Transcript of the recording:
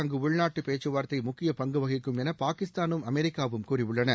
அங்கு உள்நாட்டு பேச்சுவார்த்தை முக்கியப் பங்கு வகிக்கும் என பாகிஸ்தானும் அமெரிக்காவும் கூறியுள்ளன